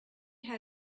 had